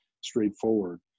straightforward